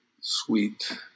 sweet